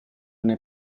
n’ai